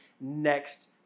next